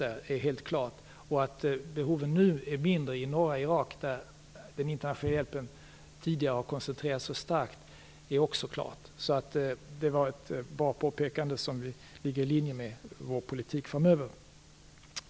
Det är också klart att behoven i norra Irak, dit den internationella hjälpen tidigare har varit starkt koncentrerad, nu är mindre. Det var alltså ett bra påpekande som ligger i linje med vår politik framöver.